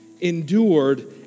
endured